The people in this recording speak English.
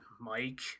Mike